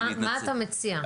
מה אתה מציע?